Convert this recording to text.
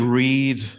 read